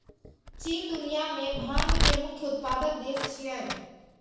चीन दुनिया मे भांग के मुख्य उत्पादक देश छियै